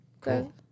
Cool